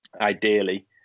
Ideally